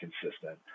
consistent